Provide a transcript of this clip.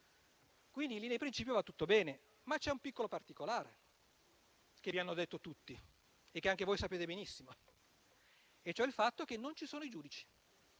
Quindi, in linea di principio, va tutto bene. C'è però un piccolo particolare che vi hanno detto tutti e che anche voi sapete benissimo; il fatto cioè che non ci sono i giudici